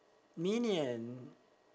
minion